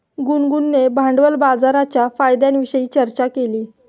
गुनगुनने भांडवल बाजाराच्या फायद्यांविषयी चर्चा केली